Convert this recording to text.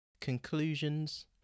Conclusions